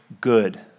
good